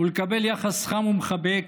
ולקבל יחס חם ומחבק,